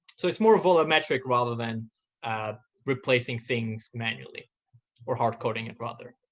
so it's more volumetric rather than replacing things manually or hard coding it, rather.